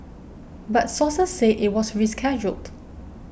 but sources say it was rescheduled